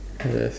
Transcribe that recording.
yes